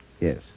Yes